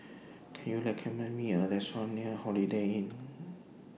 Can YOU recommend Me A Restaurant near Holiday Inn